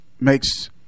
makes